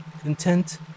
content